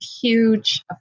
huge